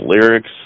lyrics